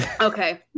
okay